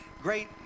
great